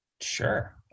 Sure